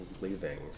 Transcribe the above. leaving